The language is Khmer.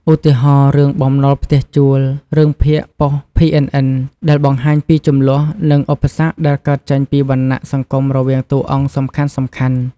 ឧទាហរណ៍ រឿង បំណុលផ្ទះជួល រឿងភាគប៉ុស្តិ៍ PNN ដែលបង្ហាញពីជម្លោះ និងឧបសគ្គដែលកើតចេញពីវណ្ណៈសង្គមរវាងតួអង្គសំខាន់ៗ។